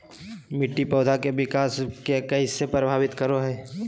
मिट्टी पौधा के विकास के कइसे प्रभावित करो हइ?